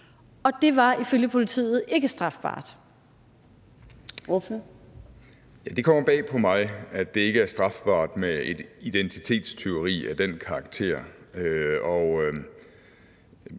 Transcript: Kl. 15:55 Ole Birk Olesen (LA): Det kommer bag på mig, at det ikke er strafbart med et identitetstyveri af den karakter.